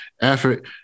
effort